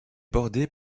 bordée